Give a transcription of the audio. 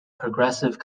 progressive